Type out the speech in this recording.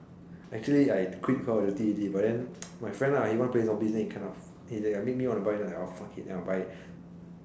actually I quit call of duty already but then my friend lah he want to play zombies then he kind of then he make me want to buy then I oh fuck it then I'll buy it